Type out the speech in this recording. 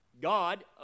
God